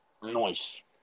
Noise